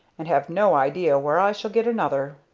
and have no idea where i shall get another.